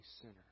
sinner